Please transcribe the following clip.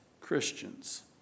Christians